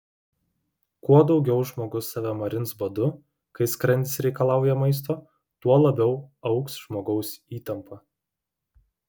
kuo daugiau žmogus save marins badu kai skrandis reikalauja maisto tuo labiau augs žmogaus įtampa